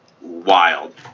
wild